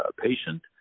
patient